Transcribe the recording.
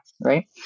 right